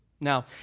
Now